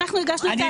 הגשנו את העתירה.